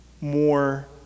more